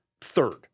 third